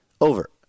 Over